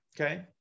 okay